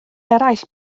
eraill